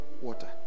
water